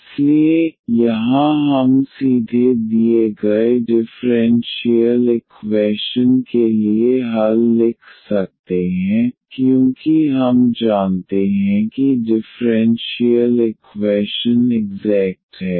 इसलिए यहां हम सीधे दिए गए डिफरेंशियल इक्वैशन के लिए हल लिख सकते हैं क्योंकि हम जानते हैं कि डिफरेंशियल इक्वैशन इग्ज़ैक्ट है